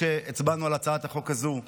כשהצבענו על הצעת החוק הזו,